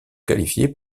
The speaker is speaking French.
qualifiées